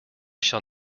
shall